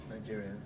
Nigeria